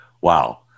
Wow